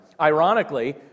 Ironically